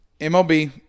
MLB